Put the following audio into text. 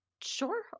Sure